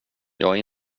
jag